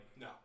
No